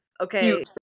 Okay